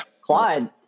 Clyde